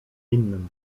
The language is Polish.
innym